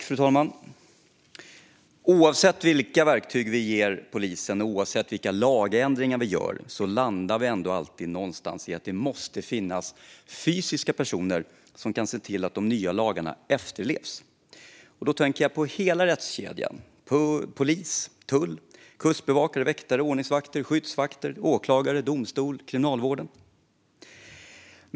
Fru talman! Oavsett vilka verktyg vi ger polisen och oavsett vilka lagändringar vi gör landar vi ändå alltid någonstans i att det måste finnas fysiska personer som kan se till att de nya lagarna efterlevs. Och då tänker jag på hela rättskedjan: polis, tull, kustbevakare, väktare, ordningsvakter, skyddsvakter, åklagare, domstolar och kriminalvård.